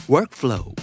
Workflow